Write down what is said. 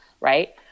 right